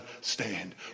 stand